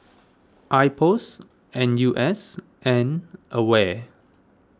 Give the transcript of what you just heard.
Ipos N U S and Aware